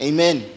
Amen